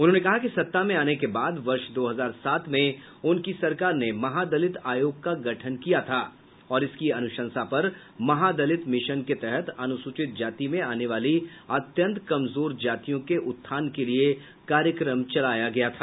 उन्होंने कहा कि सत्ता में आने के बाद वर्ष दो हजार सात में उनकी सरकार ने महादलित आयोग का गठन किया था और इसकी अनुशंसा पर महादलित मिशन के तहत अनुसूचित जाति में आने वाली अत्यंत कमजोर जातियों के उत्थान के लिए कार्यक्रम चलाया गया था